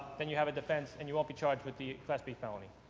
then you have a defense and you won't be charged with the class b felony.